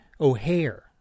O'Hare